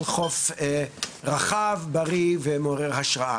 חוף רחב, בריא ומעורר השראה.